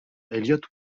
elliott